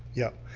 yep.